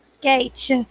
Gage